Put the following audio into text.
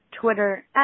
Twitter